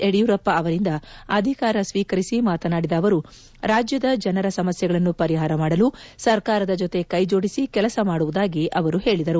ಯಡಿಯೂರಪ್ಪ ಅವರಿಂದ ಅಧಿಕಾರ ಸ್ವೀಕರಿಸಿ ಮಾತನಾಡಿದ ಅವರು ರಾಜ್ಯದ ಜನರ ಸಮಸ್ಲೆಗಳನ್ನು ಪರಿಹಾರ ಮಾಡಲು ಸರ್ಕಾರದ ಜೊತೆ ಕ್ಷೆಜೋಡಿಸಿ ಕೆಲಸ ಮಾಡುವುದಾಗಿ ಅವರು ಹೇಳಿದರು